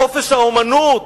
חופש האמנות,